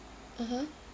(uh huh)